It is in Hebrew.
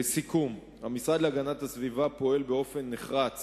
לסיכום: המשרד להגנת הסביבה פועל באופן נחרץ